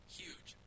huge